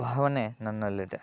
ಭಾವನೆ ನನ್ನಲ್ಲಿದೆ